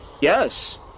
Yes